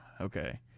okay